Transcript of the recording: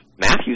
Matthew